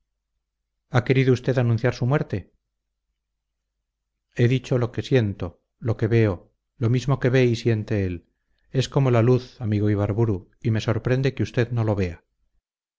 ha querido usted anunciar su muerte he dicho lo que siento lo que veo lo mismo que ve y siente él es como la luz amigo ibarburu y me sorprende que usted no lo vea